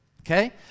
okay